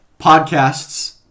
podcasts